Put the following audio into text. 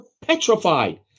petrified